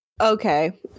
Okay